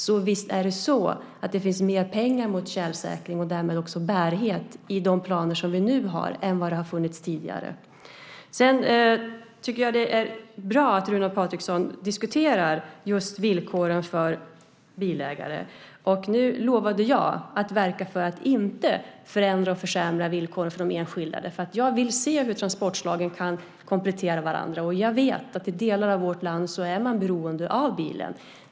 Så visst finns det mer pengar till tjälsäkring, och därmed också bärighet, i de planer som vi nu har än vad det har funnits tidigare. Sedan tycker jag att det är bra att Runar Patriksson diskuterar villkoren för bilägare. Nu lovade jag att verka för att inte förändra och försämra villkoren för de enskilda. Jag vill se hur transportslagen kan komplettera varandra. Jag vet att man är beroende av bilen i delar av vårt land.